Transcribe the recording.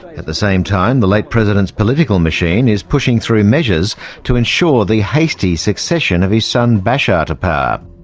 at the same time, the late president's political machine is pushing through measures to ensure the hasty succession of his son bashar to power.